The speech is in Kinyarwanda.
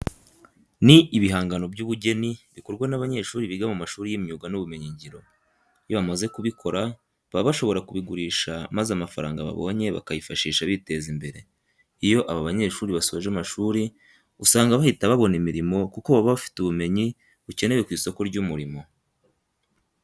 Ni ibihangano by'ubugeni bikorwa n'abanyeshuri biga mu mashuri y'imyuga n'ubumenyingiro. Iyo bamaze kubikora baba bashobora kubigurisha maza amafaranga babonye bakayifashisha biteza imbere. Iyo aba banyeshuri basoje amashuri usanga bahita babona imirimo kuko baba bafite ubumenyi bukenewe ku isoko ry'umurimo.